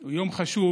הוא יום חשוב,